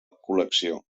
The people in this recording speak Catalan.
col·lecció